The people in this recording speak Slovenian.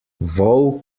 vol